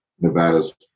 Nevada's